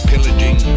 pillaging